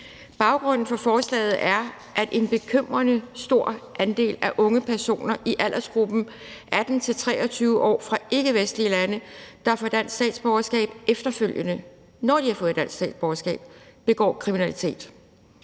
Baggrunden for forslaget er, at en bekymrende stor andel af unge personer i aldersgruppen 18-23 år fra ikkevestlige lande, der får dansk statsborgerskab, efterfølgende, når de har fået